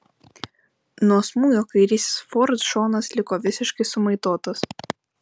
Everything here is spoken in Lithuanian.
nuo smūgio kairysis ford šonas liko visiškai sumaitotas